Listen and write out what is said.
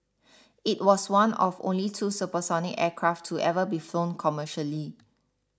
it was one of only two supersonic aircraft to ever be flown commercially